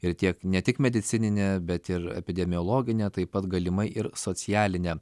ir tiek ne tik medicinine bet ir epidemiologine taip pat galimai ir socialine